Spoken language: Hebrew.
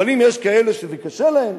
אבל אם יש כאלה שזה קשה להם,